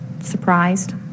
surprised